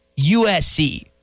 USC